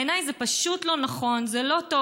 בעיניי זה פשוט לא נכון, זה לא טוב.